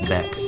Back